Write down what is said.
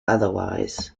otherwise